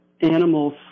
animals